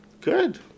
good